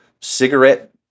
cigarette